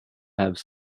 have